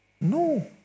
No